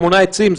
שמונה עצים,